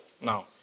Now